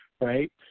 right